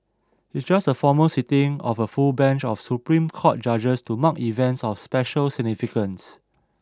it just a formal sitting of a full bench of Supreme Court judges to mark events of special significance